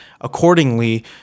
accordingly